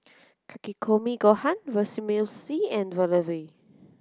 Takikomi Gohan Vermicelli and Valafel